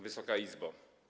Wysoka Izbo!